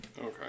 Okay